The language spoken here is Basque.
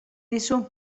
dizu